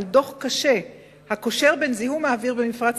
על דוח קשה הקושר בין זיהום האוויר במפרץ